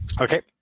Okay